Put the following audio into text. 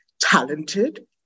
talented